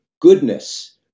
Goodness